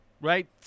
right